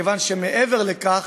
מכיוון שמעבר לכך